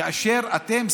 כאשר אתם,